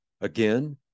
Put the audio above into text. Again